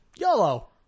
YOLO